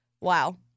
Wow